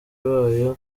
bayo